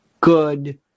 good